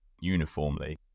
uniformly